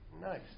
Nice